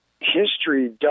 history